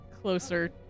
closer